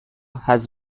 has